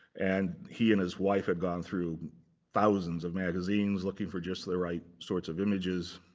and he and his wife had gone through thousands of magazines looking for just the right sorts of images.